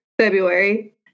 February